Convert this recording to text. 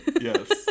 yes